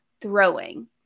throwing